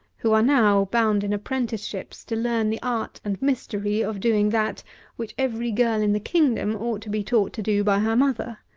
who are now bound in apprenticeships to learn the art and mystery of doing that which every girl in the kingdom ought to be taught to do by her mother?